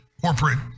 corporate